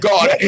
God